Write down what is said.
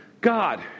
God